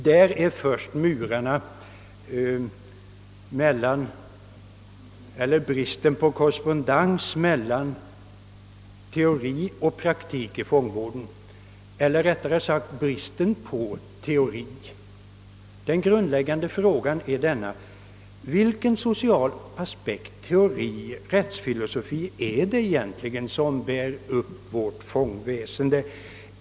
Det gäller murarna mellan — eller bristen på korrespondens mellan — teori och praktik i fångvården. Den grundläggande frågan är vilken social aspekt, teori, rättsfilosofi som bär upp vår fångvård.